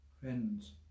friends